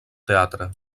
teatre